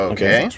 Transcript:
Okay